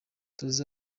tuzi